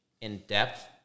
in-depth